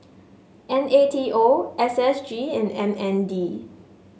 N A T O S S G and M N D